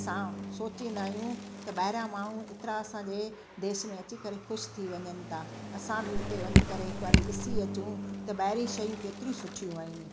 असां सोचींदा आहियूं त ॿाहिरां माण्हू एतिरा असांजे देश में अची करे ख़ुशि थी वञनि था असां बि हुते वञी करे हिकु वारी ॾिसी अचूं त ॿाहिरी शयूं केतिरी सुठियूं आहिनि